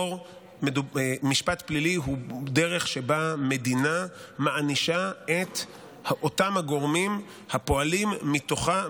משפט פלילי הוא דרך שבה מדינה מענישה את אותם גורמים הפועלים מתוכה,